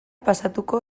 pasatuko